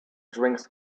drinks